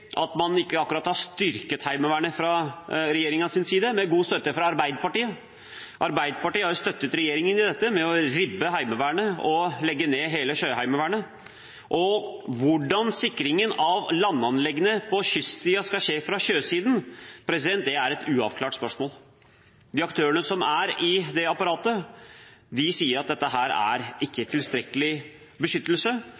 at man ikke akkurat har styrket Heimevernet fra regjeringens side, med god støtte fra Arbeiderpartiet. Arbeiderpartiet har jo støttet regjeringen i dette ved å ribbe Heimevernet og legge ned hele Sjøheimevernet. Hvordan sikringen av landanleggene på kystsiden skal skje fra sjøsiden, er et uavklart spørsmål. Aktørene i apparatet sier at dette ikke er